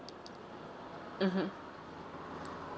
mmhmm